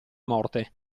morte